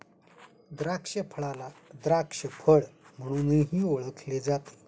द्राक्षफळाला द्राक्ष फळ म्हणूनही ओळखले जाते